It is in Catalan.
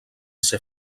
ser